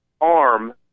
arm